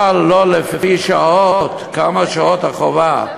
אבל לא לפי שעות, כמה שעות החובה.